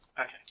okay